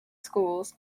schools